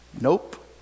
nope